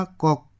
kok